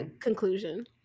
conclusion